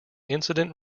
incident